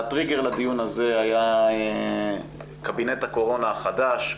הטריגר לדיון הזה היה קבינט הקורונה החדש,